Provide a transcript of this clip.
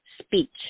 speech